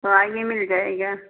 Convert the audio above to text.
तो आइए मिल जाएगा